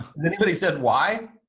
then he but he said, why?